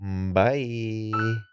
Bye